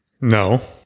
no